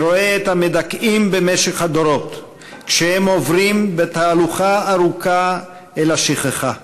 אני רואה את המדכאים במשך הדורות כשהם עוברים בתהלוכה ארוכה אל השכחה.